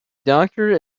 doctor